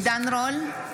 עידן רול,